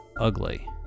ugly